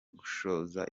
gushoza